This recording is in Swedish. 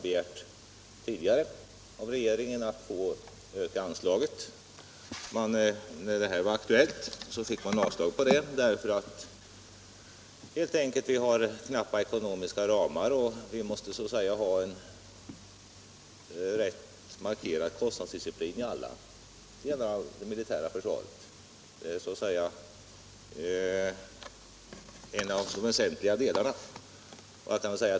När man tidigare hos regeringen begärde att få öka anslaget, när detta var aktuellt, fick man avslag, helt enkelt därför att vi har knappa ekonomiska ramar och måste ha en rätt markerad kostnadsdisciplin i alla delar av det militära försvaret. Det gäller här en av de väsentliga delarna.